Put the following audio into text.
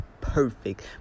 perfect